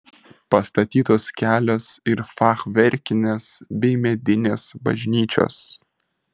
pastatytos kelios ir fachverkinės bei medinės bažnyčios